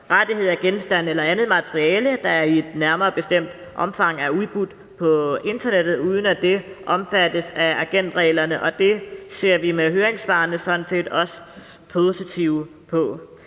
rettigheder, genstande eller andet materiale, der i et nærmere bestemt omfang er udbudt på internettet, uden at det omfattes af agentreglerne, og det ser vi med høringssvarene også positivt på.